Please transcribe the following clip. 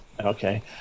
Okay